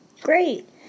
Great